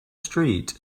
street